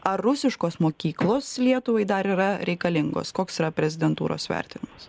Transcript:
ar rusiškos mokyklos lietuvai dar yra reikalingos koks yra prezidentūros vertinimas